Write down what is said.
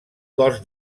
cos